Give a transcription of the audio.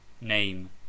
Name